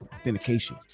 authentication